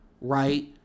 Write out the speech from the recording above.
right